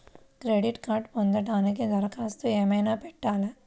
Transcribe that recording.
Credit కార్డ్ను పొందటానికి దరఖాస్తు ఏమయినా పెట్టాలా?